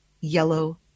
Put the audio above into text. yellow